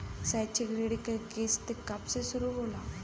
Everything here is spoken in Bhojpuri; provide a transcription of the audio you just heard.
शैक्षिक ऋण क किस्त कब से शुरू होला?